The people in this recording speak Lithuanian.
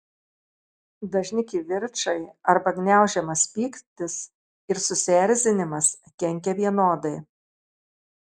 dažni kivirčai arba gniaužiamas pyktis ir susierzinimas kenkia vienodai